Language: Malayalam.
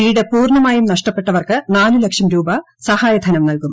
വീട് പൂർണമായും നഷ്ടപ്പെട്ടവർക്ക് നാല് ലക്ഷം രൂപ സഹായധനം നൽകും